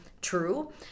true